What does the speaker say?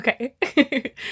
Okay